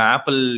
Apple